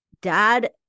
dad